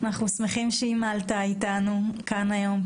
אנחנו שמחים שאימא עלתה איתנו כאן היום,